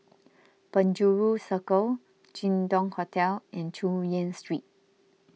Penjuru Circle Jin Dong Hotel and Chu Yen Street